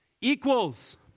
equals